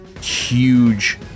huge